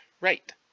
right